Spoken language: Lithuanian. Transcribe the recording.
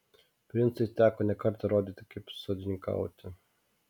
princui teko ne kartą rodyti kaip sodininkauti